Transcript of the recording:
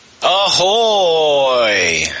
Ahoy